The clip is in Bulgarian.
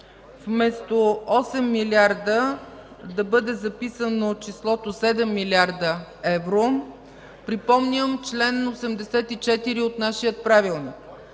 вместо „8 милиарда” да бъде записано числото „7 млрд. евро”, припомням чл. 84 от нашия Правилник: